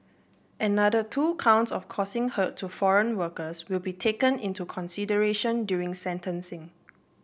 another two counts of causing hurt to foreign workers will be taken into consideration during sentencing